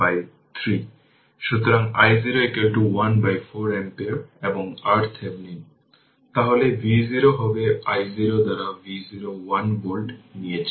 সুতরাং i0 1 by 4 ampere এবং RThevenin তাহলে V0 হবে i0 দ্বারা V0 1 ভোল্ট নিয়েছে